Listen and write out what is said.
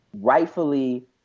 rightfully